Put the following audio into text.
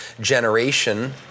generation